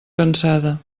cansada